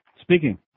Speaking